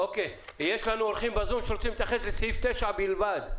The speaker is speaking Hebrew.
האם יש לנו אורחים בזום שרוצים להתייחס לסעיף 9 בלבד?